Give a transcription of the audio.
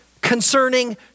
concerning